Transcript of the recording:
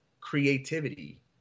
creativity